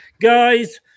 Guys